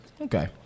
Okay